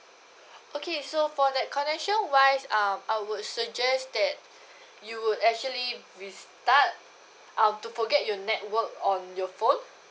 okay so for that connection wise um I would suggest that you would actually restart uh to forget your network on your phone